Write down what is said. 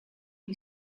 who